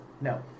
no